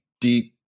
deep